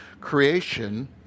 creation